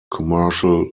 commercial